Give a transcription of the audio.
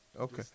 Okay